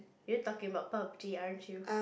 you're talking about poverty aren't you